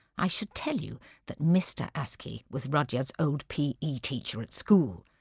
i should tell you that mr. askey was rudyard's old p e. teacher at school,